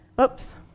Oops